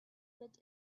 but